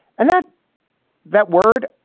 and that that word,